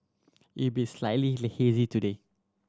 it be slightly hazy today